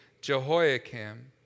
Jehoiakim